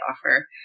offer